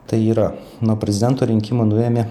tai yra nuo prezidento rinkimų nuėmė